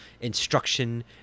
instruction